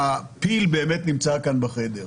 הפיל באמת נמצא כאן בחדר.